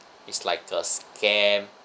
is like a scam